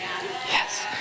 Yes